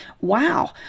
Wow